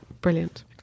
brilliant